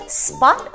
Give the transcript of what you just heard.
spot